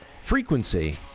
frequency